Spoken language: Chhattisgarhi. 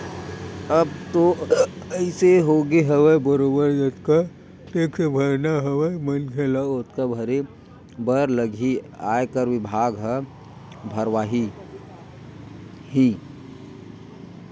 अब तो अइसे होगे हवय बरोबर जतका टेक्स भरना हवय मनखे ल ओतका भरे बर लगही ही आयकर बिभाग ह भरवाही ही